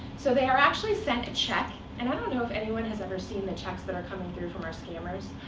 so they are actually sent a check, and i don't know if anyone has ever seen the checks that are coming through from our scammers,